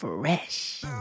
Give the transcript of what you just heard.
Fresh